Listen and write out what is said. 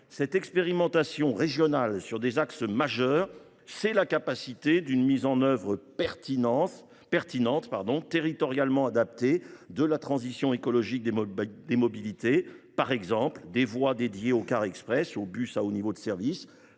Cette expérimentation régionale sur des axes majeurs est gage d’une mise en œuvre pertinente et territorialement adaptée de la transition écologique des mobilités, que ce soit par l’instauration de voies dédiées aux cars express et aux bus à haut niveau de service,